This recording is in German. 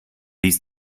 ließ